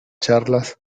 charlas